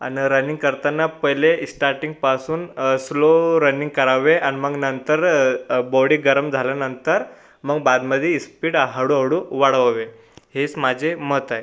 आणि रनिंग करताना पाहिले इस्टार्टिंगपासून स्लो रनिंग करावे आणि मग नंतर बॉडी गरम झाल्यानंतर मग बादमधी इस्पीड हळूहळू वाढवावे हेच माझे मत आहे